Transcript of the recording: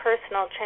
personal